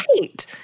Right